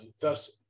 thus